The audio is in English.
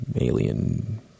alien